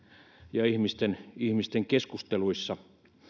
ja ihmisten ihmisten keskusteluissa